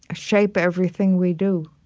ah shape everything we do